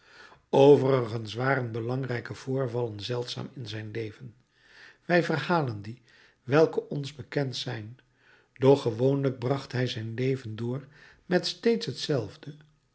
overigens waren belangrijke voorvallen zeldzaam in zijn leven wij verhalen die welke ons bekend zijn doch gewoonlijk bracht hij zijn leven door met steeds hetzelfde